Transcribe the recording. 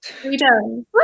Freedom